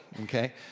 okay